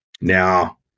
now